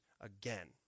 again